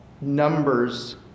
numbers